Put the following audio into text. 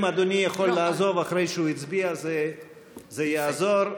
אם אדוני יכול לעזוב אחרי שהוא הצביע, זה יעזור.